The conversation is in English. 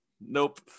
nope